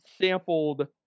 sampled